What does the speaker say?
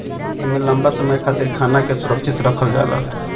एमे लंबा समय खातिर खाना के सुरक्षित रखल जाला